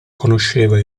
conosceva